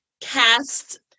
cast